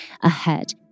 ahead